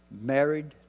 married